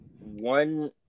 one